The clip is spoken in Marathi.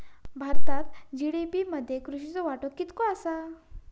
भारतात जी.डी.पी मध्ये कृषीचो वाटो कितको आसा?